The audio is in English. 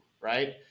right